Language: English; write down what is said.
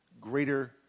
Greater